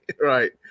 Right